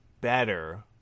better